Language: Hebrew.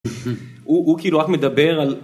הוא כאילו רק מדבר על...